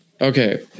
Okay